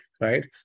right